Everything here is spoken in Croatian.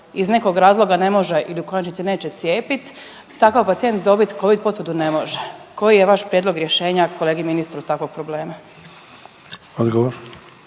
iz nekog razloga ne može ili u konačnici neće cijepiti takav pacijent dobiti Covid potvrdu ne može. Koji je vaš prijedlog rješenja kolegi ministru takvog problema?